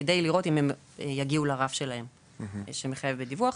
כדי לראות אם הם יגיעו לרף שלהם שמחייב בדיווח.